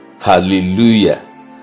Hallelujah